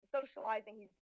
socializing